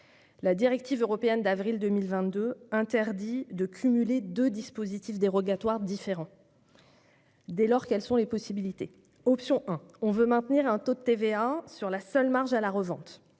La directive européenne d'avril 2022 interdit de cumuler deux dispositifs dérogatoires différents. Dès lors, quelles sont les possibilités ? Si nous voulons maintenir un taux de TVA sur la seule marge à la revente,